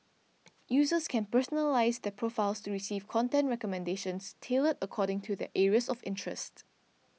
users can personalise their profiles to receive content recommendations tailored according to their areas of interest